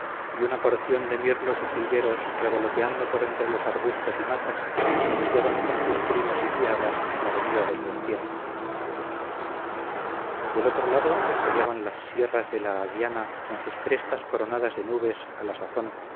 y una porción de mirlos y jilgueros revoloteando por entre los arbustos y matas anunciaban con sus trinos y piadas la venida del buen tiempo del otro lado descollaban las sierras de la aguiana con sus crestas coronadas de nubes a la sazón